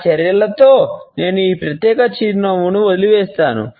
నా చర్చలలో నేను ఈ ప్రత్యేకమైన చిరునవ్వును వదిలివేస్తాను